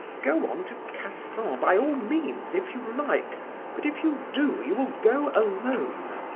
go on to cassan by all means, if you like but if you do, you will go alone.